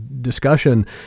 discussion